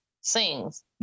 sings